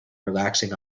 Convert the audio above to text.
relaxing